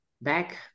back